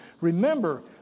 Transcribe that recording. Remember